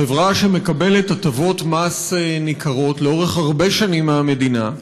חברה שמקבלת הטבות מס ניכרות לאורך הרבה שנים מהמדינה,